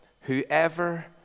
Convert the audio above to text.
whoever